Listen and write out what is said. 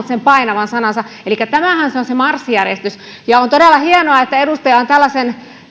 sen painavan sanansa elikkä tämähän on se marssijärjestys ja on todella hienoa että edustaja on tällaisen